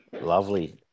Lovely